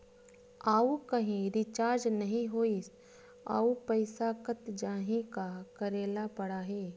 आऊ कहीं रिचार्ज नई होइस आऊ पईसा कत जहीं का करेला पढाही?